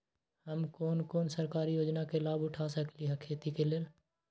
हम कोन कोन सरकारी योजना के लाभ उठा सकली ह खेती के लेल?